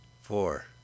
Four